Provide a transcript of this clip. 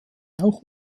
auch